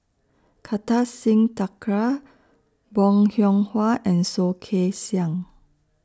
Kartar Singh Thakral Bong Hiong Hwa and Soh Kay Siang